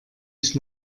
ich